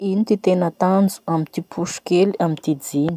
Ino ty tena tanjo amy ty poso kely amy ty jeans?